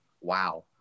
wow